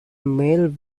male